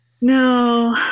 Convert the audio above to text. No